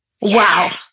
Wow